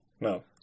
No